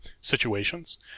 situations